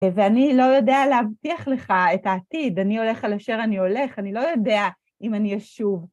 ואני לא יודע להבטיח לך את העתיד, אני הולך אל אשר אני הולך, אני לא יודע אם אני אשוב...